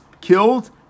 killed